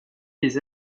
les